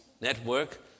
Network